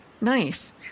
nice